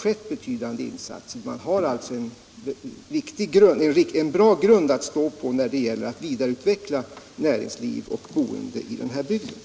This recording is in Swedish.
Man har alltså en bra grund att stå på när det gäller att vidareutveckla näringsliv och boende i denna bygd.